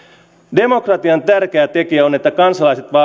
demokratian tärkeä tekijä on että kansalaiset